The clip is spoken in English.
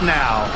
now